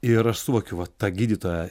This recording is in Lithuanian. ir aš suvokiu va tą gydytoją